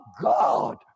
God